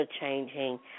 changing